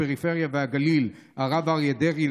הפריפריה והגליל הרב אריה דרעי,